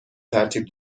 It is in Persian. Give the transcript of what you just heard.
ترتیب